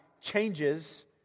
changes